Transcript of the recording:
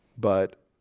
but